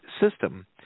system